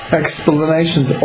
explanations